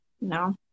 no